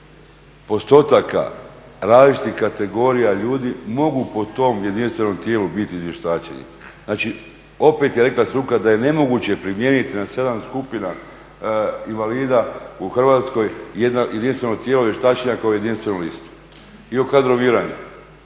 postotaka različitih kategorija ljudi mogu po tom jedinstvenom tijelu biti izvještačenje. Znači, opet je rekla struka da je nemoguće primijeniti na 7 skupina invalida u Hrvatskoj jedinstveno tijelo vještačenja kao jedinstvenu listu i u kadroviranju.